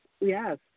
Yes